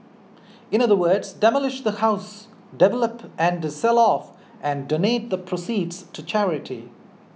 in other words demolish the house develop and sell off and donate the proceeds to charity